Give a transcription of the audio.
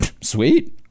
Sweet